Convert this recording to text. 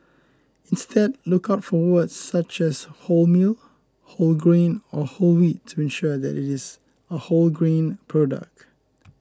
instead look out for words such as wholemeal whole grain or whole wheat to ensure that is a whole grain product